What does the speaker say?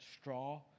straw